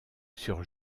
sur